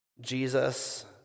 Jesus